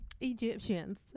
Egyptians